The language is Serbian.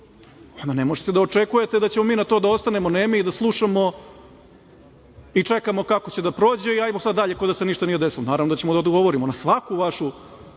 onda ne možete da očekujte da ćemo mi na to da ostanemo nemi i da slušamo i čekamo kako će da prođe i ajmo sad dalje kao da se ništa nije desilo. Naravno da ćemo da odgovorimo na svaku vašu